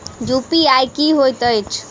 UPI की होइत अछि